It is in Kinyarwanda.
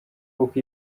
w’uko